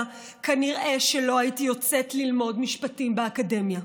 כנראה לא הייתי יוצאת ללמוד משפטים באקדמיה.